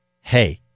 hey